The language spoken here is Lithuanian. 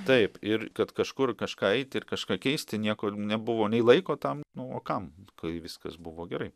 taip ir kad kažkur kažką eit ir kažką keist tai nieko nebuvo nei laiko tam nu o kam kai viskas buvo gerai